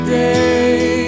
day